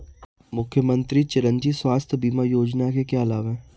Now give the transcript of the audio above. मुख्यमंत्री चिरंजी स्वास्थ्य बीमा योजना के क्या लाभ हैं?